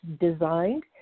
designed